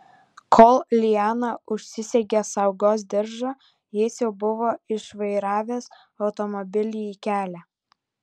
kol liana užsisegė saugos diržą jis jau buvo išvairavęs automobilį į kelią